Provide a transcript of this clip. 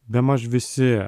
bemaž visi